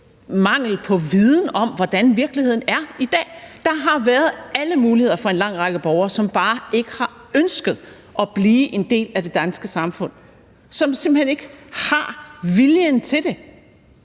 mangel på viden om, hvordan virkeligheden er i dag. Der har været alle muligheder for en lang række borgere, som bare ikke har ønsket at blive en del af det danske samfund; som simpelt hen ikke har viljen til det.